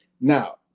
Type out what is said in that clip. Now